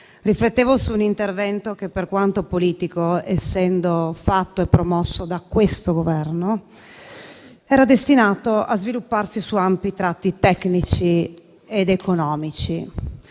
riflettevo su un intervento che, per quanto politico, essendo fatto e promosso da questo Governo, era destinato a svilupparsi su ampi tratti tecnici ed economici,